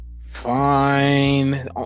Fine